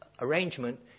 arrangement